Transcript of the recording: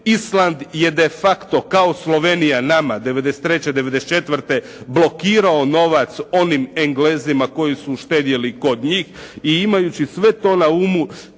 Island je de facto kao Slovenija nama '93., '94. blokirao novac onim Englezima koji su štedjeli kod njih i imajući sve to na umu